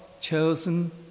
chosen